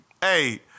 hey